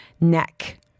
neck